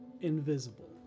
invisible